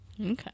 Okay